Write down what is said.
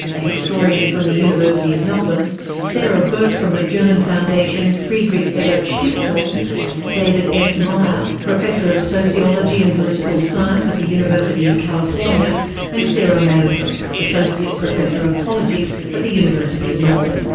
a historian from the university of melbourne sara burke from the german foundation, friedrich-ebert-stiftung um david s meyer, professor of sociology and political science at the university of california and sarah maddison, associate professor of politics at the university of melbourne.